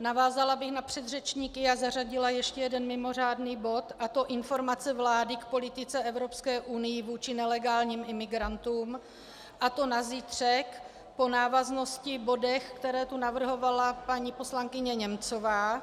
navázala bych na předřečníky a zařadila ještě jeden mimořádný bod, a to Informace vlády k politice Evropské unie vůči nelegálním imigrantům, a to na zítřek po návaznosti v bodech, které tu navrhovala paní poslankyně Němcová.